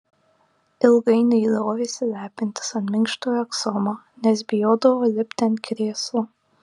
ilgainiui liovėsi lepintis ant minkštojo aksomo nes bijodavo lipti ant krėslo